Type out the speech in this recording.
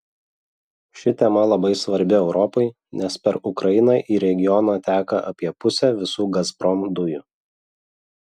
ši tema labai svarbi europai nes per ukrainą į regioną teka apie pusę visų gazprom dujų